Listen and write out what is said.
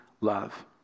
love